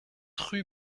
rue